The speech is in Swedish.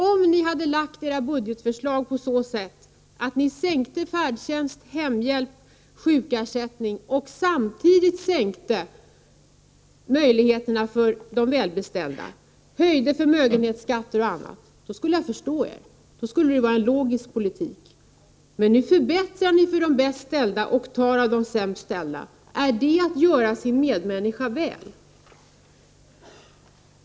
Hade ni utformat era budgetförslag på så sätt att ni minskade möjligheterna till färdtjänst, hemhjälp och sjukersättning och samtidigt minskade möjligheterna för de välbeställda genom att höja förmögenhetsskatten o. d., skulle jag förstå er. Det skulle vara en logisk politik. Men nu förbättrar ni förhållandena för de bäst ställda och tar av de sämst ställda. Är det att göra sin medmänniska väl?